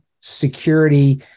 security